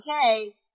okay